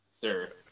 sir